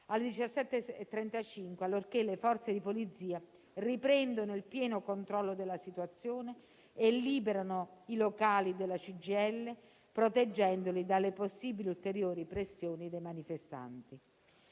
alle 17,35, allorché le Forze di polizia riprendono il pieno controllo della situazione e liberano i locali della CGIL, proteggendoli dalle possibili ulteriori pressioni dei manifestanti.